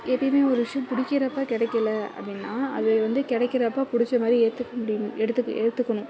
எப்பையுமே ஒரு விஷயம் பிடிக்கிறப்ப கிடைக்கல அப்படின்னா அது வந்து கிடைக்கிறப்ப பிடிச்ச மாதிரி ஏற்றுக்க முடியணும் எடுத்து ஏற்றுக்கணும்